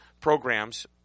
programs